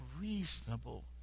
reasonable